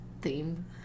theme